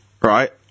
right